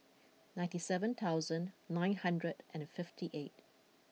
ninety seven thousand nine hundred and fifty eight